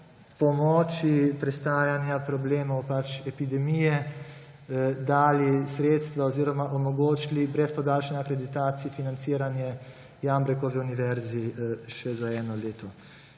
pomoči prestajanja problemov epidemije dali sredstva oziroma omogočili brez podaljšanja akreditacij financiranje Jambrekovi univerzi še za eno leto,